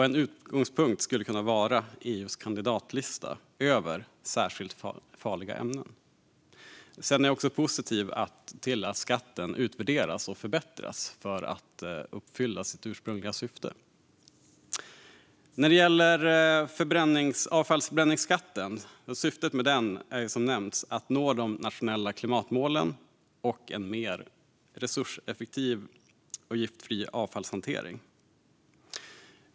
En utgångspunkt skulle kunna vara EU:s kandidatlista över särskilt farliga ämnen. Sedan är jag också positiv till att skatten utvärderas och förbättras för att uppfylla sitt ursprungliga syfte. När det gäller avfallsförbränningsskatten är syftet som nämnts att nå de nationella klimatmålen och en mer resurseffektiv och giftfri avfallshantering.